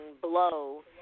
blow